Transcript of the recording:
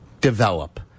develop